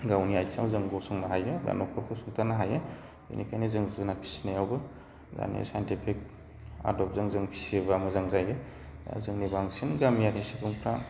गावनि आथिङाव जों गसंनो हायो बा न'खरखौ सुंथानो हायो बेनिखायनो जों जुनार फिसिनायावबो माने साइन्थिफिक आदबजों जों फिसियोबा मोजां जायो जोंनि बांसिन गामियारि सुबुंफ्रा